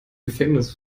gefängnis